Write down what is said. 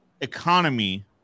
economy